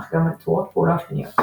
אך גם על צורות פעולה אופייניות.